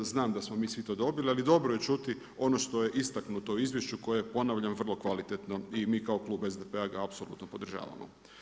Znam da smo mi svi to dobili ali dobro je čuti ono što je istaknuto u izvješću koje je ponavljam vrlo kvalitetno i mi kao klub SDP-a ga apsolutno podržavamo.